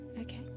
Okay